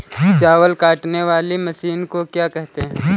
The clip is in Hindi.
चावल काटने वाली मशीन को क्या कहते हैं?